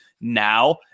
now